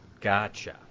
gotcha